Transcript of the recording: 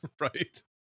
right